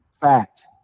fact